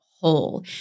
whole